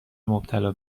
مبتلا